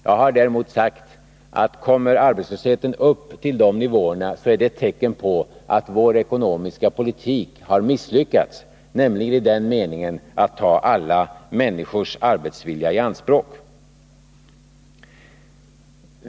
Däremot har jag sagt att om arbetslösheten kommer upp till den nivån, är det ett tecken på att vår ekonomiska politik har misslyckats i ett avseende, nämligen när det gäller strävan att ta alla: människors arbetsvilja i anspråk.